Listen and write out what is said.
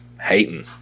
hating